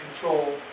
control